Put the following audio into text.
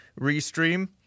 Restream